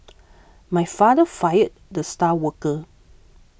my father fired the star worker